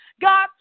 God